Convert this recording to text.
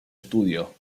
estudio